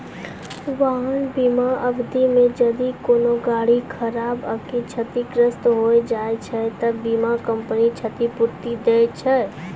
वाहन बीमा अवधि मे जदि कोनो गाड़ी खराब आकि क्षतिग्रस्त होय जाय छै त बीमा कंपनी क्षतिपूर्ति दै छै